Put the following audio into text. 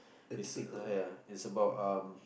it's uh ya it's about um